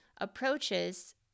approaches